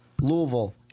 Louisville